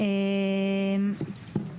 בבקשה, אודליה.